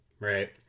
Right